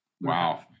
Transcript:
Wow